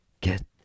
get